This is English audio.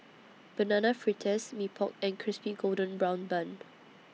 Banana Fritters Mee Pok and Crispy Golden Brown Bun